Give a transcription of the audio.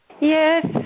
Yes